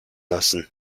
lassen